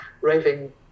raving